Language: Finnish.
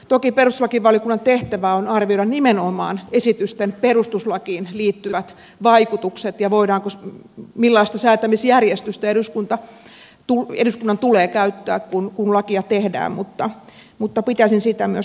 toki perustuslakivaliokunnan tehtävä on arvioida nimenomaan esitysten perustuslakiin liittyvät vaikutukset ja se millaista säätämisjärjestystä eduskunnan tulee käyttää kun lakia tehdään mutta pitäisin sitä myös hyvänä asiana